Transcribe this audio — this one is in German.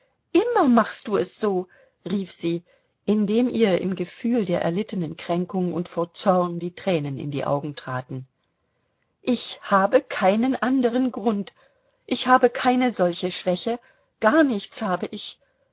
immer machst du es so rief sie indem ihr im gefühl der erlittenen kränkung und vor zorn die tränen in die augen traten ich habe keinen andern grund ich habe keine solche schwäche gar nichts habe ich